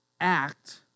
act